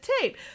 tape